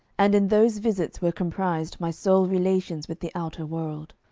and in those visits were comprised my sole relations with the outer world.